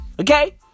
Okay